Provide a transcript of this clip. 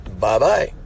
Bye-bye